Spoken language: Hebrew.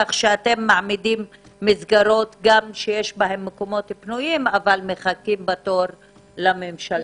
כך שאתם מעמידים מסגרות שיש בהם מקומות פנויים אבל מחכים בתור לממשלתי.